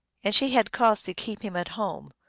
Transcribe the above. and she had cause to keep him at home,